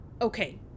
Okay